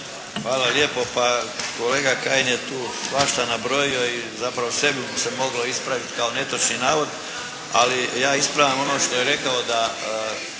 Hvala lijepo, kolega Kajin je tu svašta nabrojio i sve bi mu se moglo nabrojiti kao netočni navod ali ja ispravljam ono što je rekao da